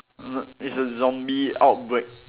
mm it's a zombie outbreak